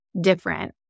different